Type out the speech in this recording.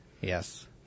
Yes